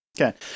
Okay